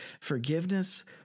Forgiveness